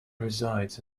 resides